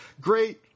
great